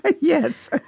Yes